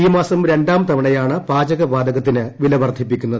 ഈ മാസം രണ്ടാം തവണയാണ് പാചക വാ്തകത്തിന് വില വർധിപ്പിക്കുന്നത്